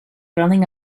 running